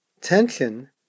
tension